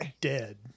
dead